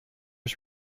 his